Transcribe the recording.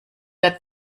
der